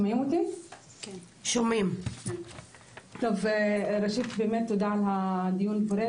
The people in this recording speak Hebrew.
תודה על הדיון הפורה.